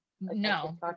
No